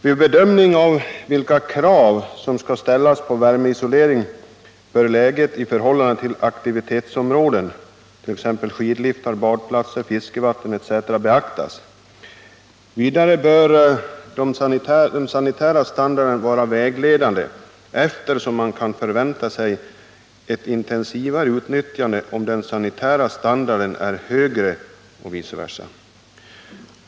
vid bedömning av vilka krav som skall ställas på värmeisolering bör läget i förhållande till aktivitetsområden — skidliftar, badplatser, fiskevatten etc. — beaktas. Vidare bör den sanitära standarden vara vägledande, eftersom man kan förvänta sig ett mera intensivt utnyttjande om den sanitära standarden är hög och vice versa.